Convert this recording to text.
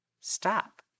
Stop